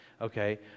Okay